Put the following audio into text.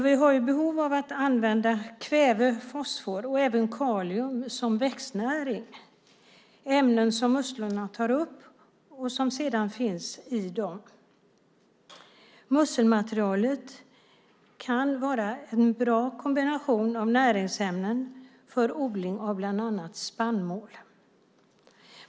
Vi har behov av att använda kväve, fosfor och kalium som växtnäring. Det är ämnen som musslorna tar upp och som sedan finns i dem. Musselmaterialet kan vara en bra kombination av näringsämnen för odling av bland annat spannmål.